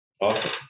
Awesome